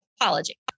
apology